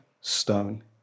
stone